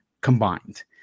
combined